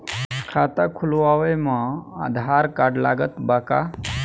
खाता खुलावे म आधार कार्ड लागत बा का?